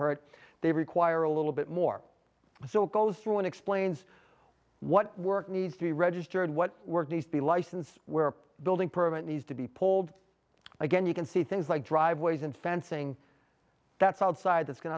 hurt they require a little bit more so it goes through and explains what work needs to be registered what words the license were building permit needs to be pulled again you can see things like driveways and fencing that's outside that's going